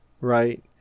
Right